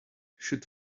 should